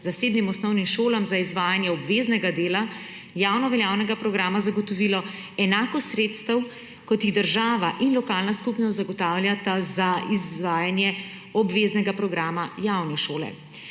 zasebnim osnovnim šolam za izvajanje obveznega dela javnoveljavnega programa zagotovilo enako sredstev, kot jih država in lokalna skupnost zagotavljata za izvajanje obveznega programa javne šole.